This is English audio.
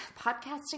Podcasting